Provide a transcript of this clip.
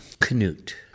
Canute